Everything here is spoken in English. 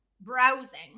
browsing